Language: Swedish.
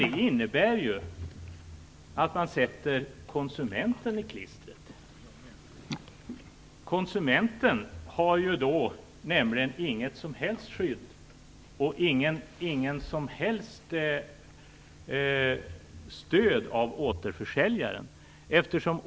Det innebär ju att man sätter konsumenten i klistret. Konsumenten har ju då inget som helst skydd, och inget som helst stöd av återförsäljaren.